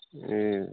ए